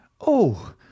Oh